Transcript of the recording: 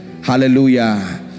Hallelujah